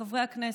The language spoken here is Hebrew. לחברי הכנסת,